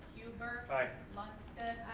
huber? aye. lundstedt?